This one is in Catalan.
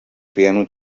piano